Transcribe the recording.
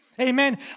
amen